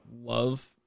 love